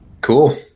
Cool